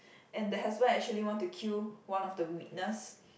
and the husband actually want to kill one of the witness